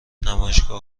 نمایشگاه